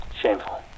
Shameful